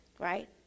Right